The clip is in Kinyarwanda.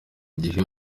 gihe